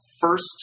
first